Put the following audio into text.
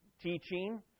teaching